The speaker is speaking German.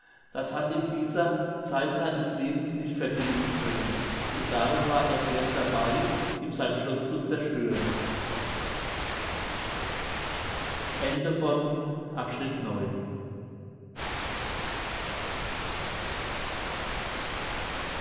das hat ihm dieser zeit seines lebens nicht vergeben können und darum war er gern dabei ihm sein schloß zu zerstören